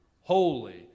holy